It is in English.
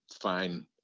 fine